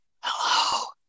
Hello